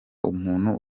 umuntu